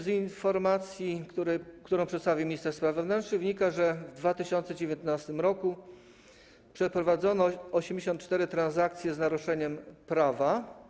Z informacji, którą przedstawił minister spraw wewnętrznych, wynika również, że w 2019 r. przeprowadzono 84 transakcje z naruszeniem prawa.